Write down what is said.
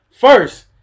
First